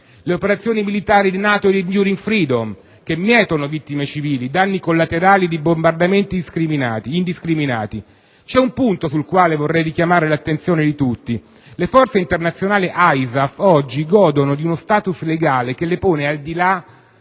le operazioni militari della NATO e di *Enduring freedom* mietono vittime civili, danni collaterali di bombardamenti indiscriminati. C'è un punto sul quale vorrei richiamare l'attenzione di tutti: le forze internazionali ISAF oggi godono di uno *status* legale che le pone al di là